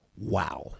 wow